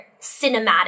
cinematic